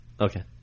Okay